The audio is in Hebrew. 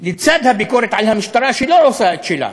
לצד הביקורת על המשטרה, שלא עושה את שלה,